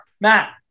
Matt